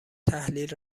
تحلیل